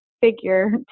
figure